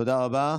תודה רבה.